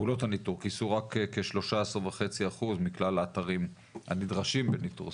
כיסו רק כ-13.5% מכלל האתרים הנדרשים בניטור,